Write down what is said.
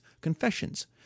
Confessions